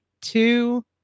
two